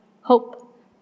hope